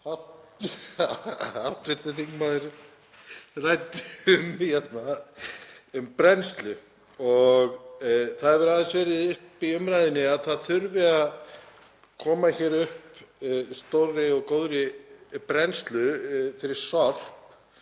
að hv. þingmaður ræddi um brennslu. Það hefur aðeins verið í umræðunni að það þurfi að koma hér upp stórri og góðri brennslu fyrir sorp.